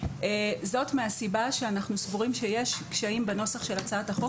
זאת מהסיבה שאנחנו סבורים שיש קשיים בנוסח של הצעת החוק